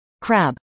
Crab